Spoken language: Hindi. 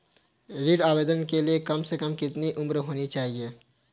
ऋण आवेदन के लिए कम से कम कितनी उम्र होनी चाहिए?